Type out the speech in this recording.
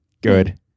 good